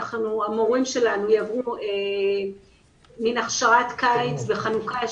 המורים שלנו יעברו מעין הכשרת קיץ בחנוכה.